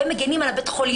והם מגינים על בית החולים.